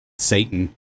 Satan